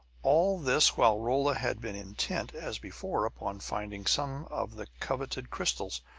all this while rolla had been intent, as before, upon finding some of the coveted crystals.